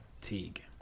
Teague